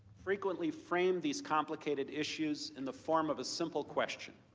frequently frame these comp located issues in the form of a simple question.